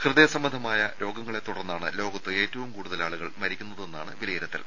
ഹൃദയ സംബന്ധമായ രോഗങ്ങളെ ത്തുടർന്നാണ് ലോകത്ത് ഏറ്റവും കൂടുതൽ ആളുകൾ മരിക്കുന്നതെന്നാണ് വിലയിരുത്തൽ